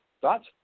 Thoughts